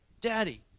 Daddy